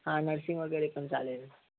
हां नर्सिंग वगैरे पण चालेल